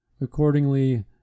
Accordingly